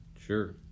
sure